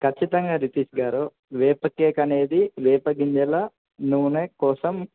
ఖచ్చితంగా రితీష్ గారు వేప కేేక్ అనేది వేప గింజెల నూనె కోసం